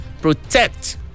Protect